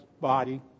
body